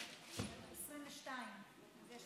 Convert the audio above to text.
חבר הכנסת אליהו חסיד, אינו נוכח.